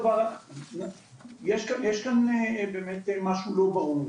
יש כאן באמת משהו לא ברור.